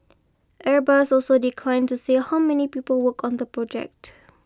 airbus also declined to say how many people work on the project